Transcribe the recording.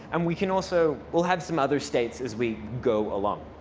and we can also we'll have some other states as we go along.